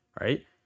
right